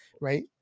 right